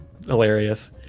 hilarious